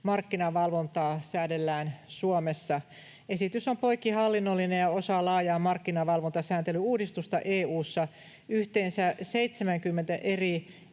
markkinavalvontaa säädellään Suo-messa. Esitys on poikkihallinnollinen ja osa laajaa markkinavalvontasääntelyuudistusta EU:ssa. Yhteensä 70:n eri